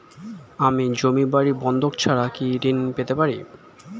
আমি জমি বাড়ি বন্ধক ছাড়া কি ঋণ পেতে পারি?